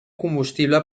combustible